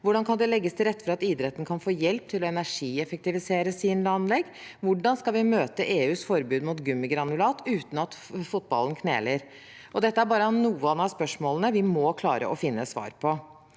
Hvordan kan det legges til rette for at idretten kan få hjelp til å energieffektivisere sine anlegg? Hvordan skal vi møte EUs forbud mot gummigranulat uten at fotballen kneler? Dette er bare noen av spørsmålene vi må klare å finne svar på.